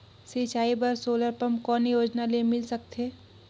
सिंचाई बर solar pump कौन योजना ले मिल सकथे?